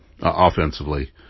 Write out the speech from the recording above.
offensively